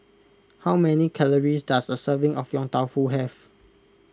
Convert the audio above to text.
how many calories does a serving of Yong Tau Foo have